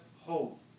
hope